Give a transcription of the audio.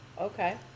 okay